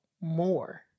more